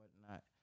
whatnot